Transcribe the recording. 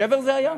שבר זה היה?